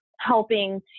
helping